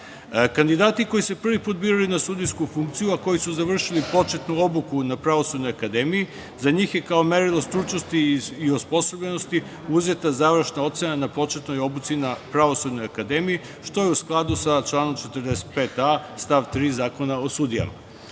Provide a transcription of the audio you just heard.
Plani. Kandidati koji se prvi put biraju na sudijsku funkciju a koji su završili početnu obuku na Pravosudnoj akademiji, za njih je kao merilo stručnosti i osposobljenosti uzeta završna ocena na početnoj obuci na Pravosudnoj akademiji, što je u skladu sa članom 45a. stav 3. Zakona o sudijama. Nakon